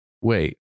Wait